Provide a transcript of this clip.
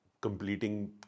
completing